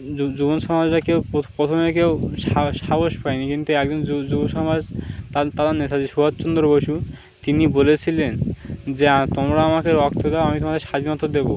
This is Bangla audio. যুব সমাজরা কেউ প্রথমে কেউ সাহস পায়নি কিন্তু একজন যুবসমাজ তারা নেতাজি সুভাষচন্দ্র বসু তিনি বলেছিলেন যে তোমরা আমাকে রক্ত দাও আমি তোমাদের স্বাধীনতা দেবো